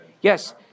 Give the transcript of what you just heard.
Yes